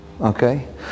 Okay